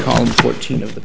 call fourteen of the